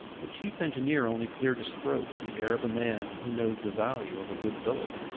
the chief engineer only cleared his throat with the air of a man who knows the value of a good billet.